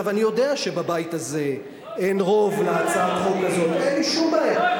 לא אכפת לך מהנהגים.